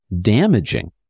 damaging